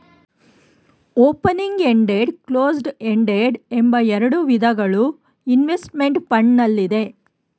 opening ended, closed ended ಎಂಬ ಎರಡು ವಿಧಗಳು ಇನ್ವೆಸ್ತ್ಮೆಂಟ್ ಫಂಡ್ ನಲ್ಲಿದೆ